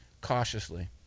cautiously